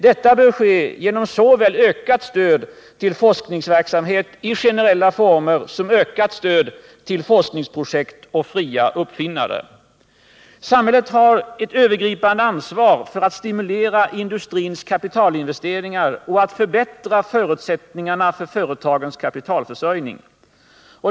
Detta bör ske genom såväl ökat stöd till forskningsverksamhet i generella former som ökat stöd till forskningsprojekt och fria uppfinnare. Samhället har ett övergripande ansvar för att stimulera industrins kapitalinvesteringar och att förbättra förutsättningarna för företagens kapitalförsörjning.